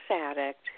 addict